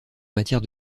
matière